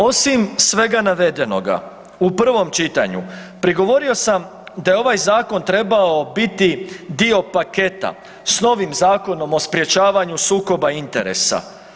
Osim svega navedenoga u prvom čitanju, prigovorio sam da je ovaj zakon trebao biti dio paketa, s novim zakonom o sprječavanju sukoba interesa.